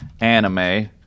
anime